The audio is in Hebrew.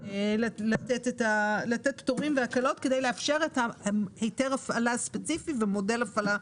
צריך לזהות את הרכב כרכב אוטונומי מהאוויר.